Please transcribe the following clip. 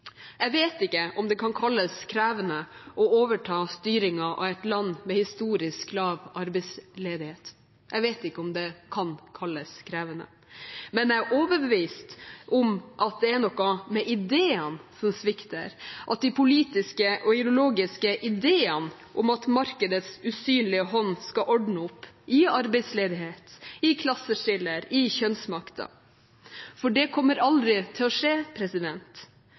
Jeg vet ikke om det kan kalles krevende å overta styringen av et land med historisk lav arbeidsledighet. Jeg vet ikke om det kan kalles krevende, men jeg er overbevist om at det er noe med ideene som svikter, de politiske og ideologiske ideene om at markedets usynlige hånd skal ordne opp i arbeidsledighet, i klasseskiller, i kjønnsmakta – for det kommer aldri til å skje.